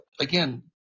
again